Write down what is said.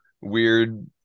weird